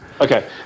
Okay